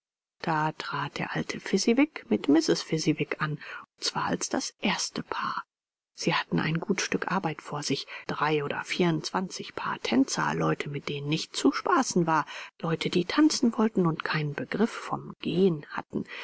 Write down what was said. da trat der alte fezziwig mit mrs fezziwig an und zwar als das erste paar sie hatten ein gut stück arbeit vor sich drei oder vierundzwanzig paar tänzer leute mit denen nicht zu spaßen war leute die tanzen wollten und keinen begriff vom gehen hatten